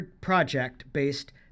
project-based